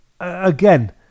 again